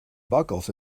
buckles